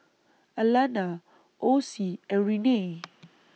Alanna Ossie and Renae